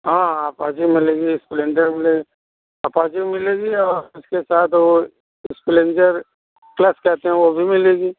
हाँ हाँ अपाची मिलेगी स्प्लेंडर मिले अपाची मिलेगी और उसके साथ वह इस्प्लेंजर प्लस कहते हैं वह भी मिलेगी